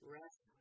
rest